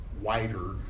wider